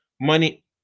money